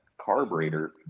carburetor